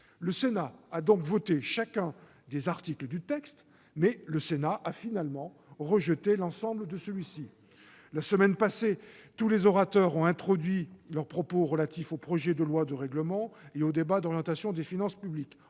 Le Sénat a donc voté chacun des articles du texte .... Mais il a finalement rejeté l'ensemble de celui-ci ! C'est une décision politique ! La semaine passée, tous les orateurs ont introduit leur propos relatif au projet de loi de règlement et au débat d'orientation des finances publiques